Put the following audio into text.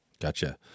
Gotcha